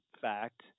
fact